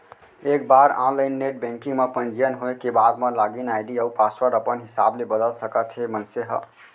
एक बार online net banking म पंजीयन होए के बाद म लागिन आईडी अउ पासवर्ड अपन हिसाब ले बदल सकत हे मनसे ह